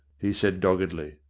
he said doggedly.